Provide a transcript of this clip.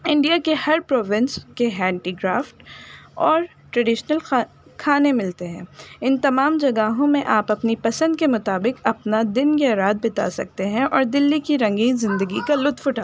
India کے ہر provinces کے ہینڈی کرافٹ اور ٹریڈیشنل کھانے ملتے ہیں ان تمام جگہوں میں آپ اپنی پسند کے مطابق اپنا دن کے ارات بتا سکتے ہیں اور دلی کی رنگین زندگی کا لطف اٹھا